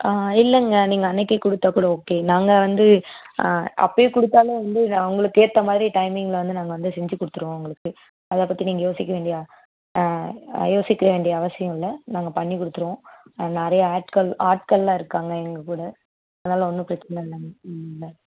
ஆ இல்லைங்க நீங்கள் அன்றைக்கே கொடுத்தா கூட ஓகே நாங்கள் வந்து அப்பயே கொடுத்தாலும் வந்து நான் உங்களுக்கு ஏற்ற மாதிரி டைமிங்கில் வந்து நாங்கள் வந்து செஞ்சு கொடுத்துருவோம் உங்களுக்கு அதை பற்றி நீங்கள் யோசிக்க வேண்டிய யோசிக்க வேண்டிய அவசியம் இல்லை நாங்கள் பண்ணி கொடுத்துருவோம் நிறைய ஆட்கள் ஆட்களெல்லாம் இருக்காங்க எங்கள் கூட அதனால் ஒன்றும் பிரச்சின இல்லை மேம் மேம்